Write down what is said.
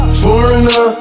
foreigner